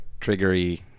triggery